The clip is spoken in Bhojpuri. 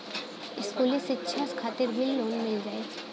इस्कुली शिक्षा खातिर भी लोन मिल जाई?